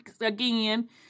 again